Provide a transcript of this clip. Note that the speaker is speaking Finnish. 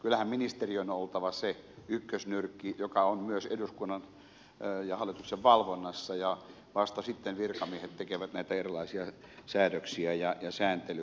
kyllähän ministeriön on oltava se ykkösnyrkki joka on myös eduskunnan ja hallituksen valvonnassa ja vasta sitten virkamiehet tekevät näitä erilaisia säädöksiä ja sääntelyä